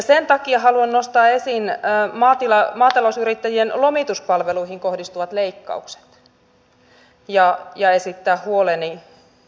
sen takia haluan nostaa esiin maatalousyrittäjien lomituspalveluihin kohdistuvat leikkaukset ja esittää huoleni niistä